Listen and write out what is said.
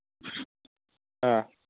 ꯑꯥ